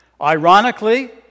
Ironically